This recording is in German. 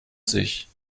sich